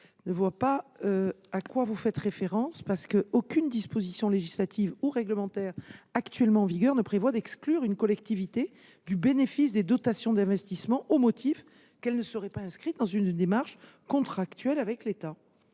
ne vois pas à quoi vous faites référence : aucune disposition législative ou réglementaire actuellement en vigueur ne prévoit d’exclure une collectivité du bénéfice des dotations d’investissement au motif qu’elle ne serait pas inscrite dans une démarche contractuelle avec l’État.